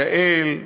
יעל,